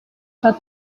pas